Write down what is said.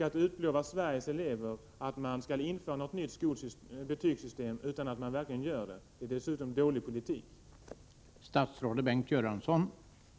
Att lova Sveriges elever att införa ett nytt betygssystem utan att verkligen göra det är dessutom dålig politik över huvud taget.